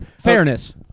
Fairness